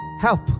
help